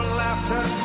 laughter